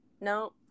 no